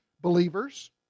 believers